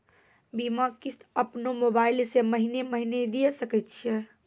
बीमा किस्त अपनो मोबाइल से महीने महीने दिए सकय छियै?